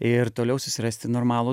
ir toliau susirasti normalų